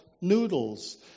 noodles